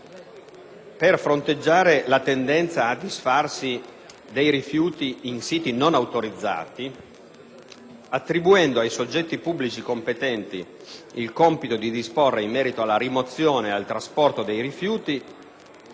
per fronteggiare la tendenza a disfarsi dei rifiuti in siti non autorizzati, attribuisce ai soggetti pubblici competenti il compito di disporre in merito alla rimozione e al trasporto dei rifiuti,